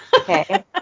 Okay